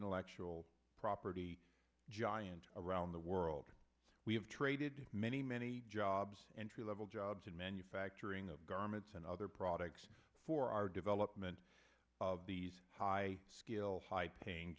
intellectual property giant around the world we have traded many many jobs entry level jobs in manufacturing of garments and other products for our development of these high skill high paying